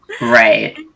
Right